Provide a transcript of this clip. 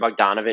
Bogdanovich